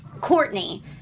Courtney